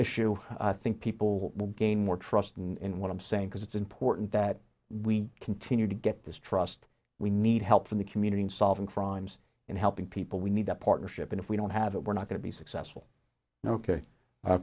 issue i think people will gain more trust in what i'm saying because it's important that we continue to get this trust we need help from the community in solving crimes and helping people we need a partnership and if we don't have it we're not going to be successful ok